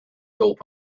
help